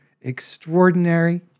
extraordinary